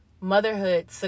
motherhood